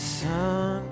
sun